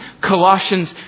Colossians